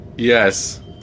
Yes